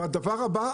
הדבר הבא,